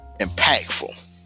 impactful